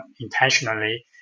intentionally